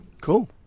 Cool